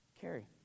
Carrie